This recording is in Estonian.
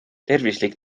tervislik